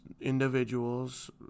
individuals